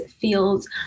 feels